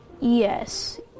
Yes